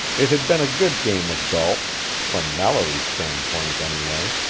it had been a good game of golp from mallory's standpoint, anyway.